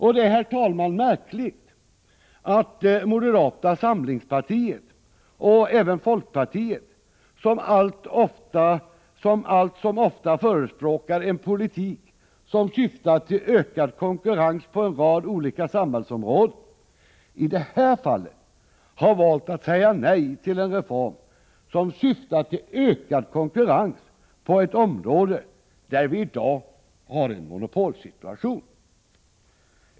Det är, herr talman, märkligt att moderata samlingspartiet och även folkpartiet, som allt som oftast förespråkar en politik som syftar till ökad konkurrens på en rad samhällsområden, i det här fallet har valt att säga nej till en reform som syftar till ökad konkurrens på ett område där vi i dag har en monopolsituation.